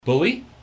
Bully